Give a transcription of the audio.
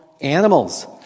Animals